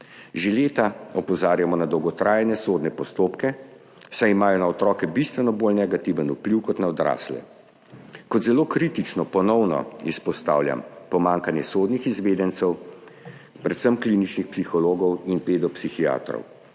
Že leta opozarjamo na dolgotrajne sodne postopke, saj imajo na otroke bistveno bolj negativen vpliv kot na odrasle. Kot zelo kritično ponovno izpostavljam pomanjkanje sodnih izvedencev, predvsem kliničnih psihologov in pedopsihiatrov.